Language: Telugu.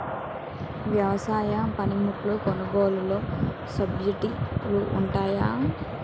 వ్యవసాయ పనిముట్లు కొనుగోలు లొ సబ్సిడీ లు వుంటాయా?